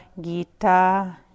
Gita